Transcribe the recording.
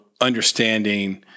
understanding